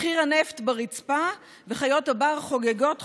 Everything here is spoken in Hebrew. מחיר הנפט ברצפה וחיות הבר חוגגות חופשיות,